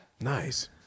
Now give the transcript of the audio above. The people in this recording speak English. Nice